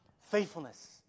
Faithfulness